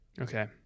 Okay